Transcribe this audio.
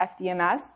FDMS